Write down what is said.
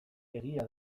egia